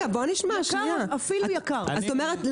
זאת אומרת,